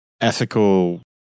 ethical